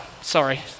sorry